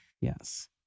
Yes